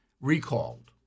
recalled